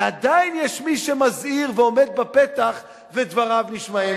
ועדיין יש מי שמזהיר ועומד בפתח ודבריו נשמעים.